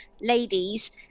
ladies